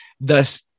thus